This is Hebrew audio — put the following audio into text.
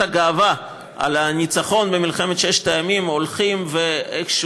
הגאווה על הניצחון במלחמת ששת הימים איכשהו הולכות ומתאדות,